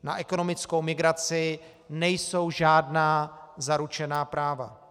Na ekonomickou migraci nejsou žádná zaručená práva.